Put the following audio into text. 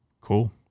cool